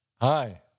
Hi